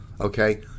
Okay